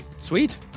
Sweet